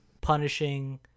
punishing